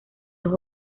dos